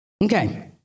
Okay